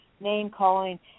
name-calling